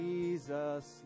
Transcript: Jesus